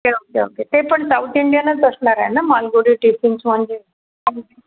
okay okay okay ते पण south इंडियनच असणार आहे ना मालगुडी टिफिन्स म्हणजे